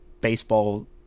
baseball